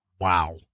Wow